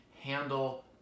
handle